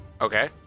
Okay